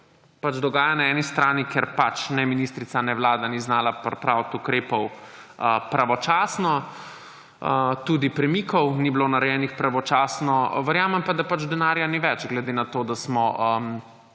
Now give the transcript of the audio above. vse dogaja na eni strani, ker ne ministrica ne Vlada nista znali pripraviti ukrepov pravočasno, tudi premiki niso bili narejeni pravočasno, verjamem pa, da denarja ni več, glede na to, da smo